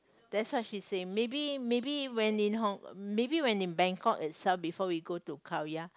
that's what she say maybe maybe when in Hong~ maybe when in Bangkok itself before we go to Khao-Yai